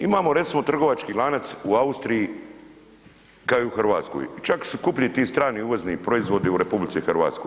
Imamo recimo trgovački lanac u Austriji kao i u Hrvatskoj, čak su skuplji ti strani uvozni proizvodi u RH.